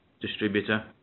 distributor